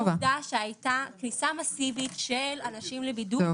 -- כניסה מסיבית של אנשים לבידוד,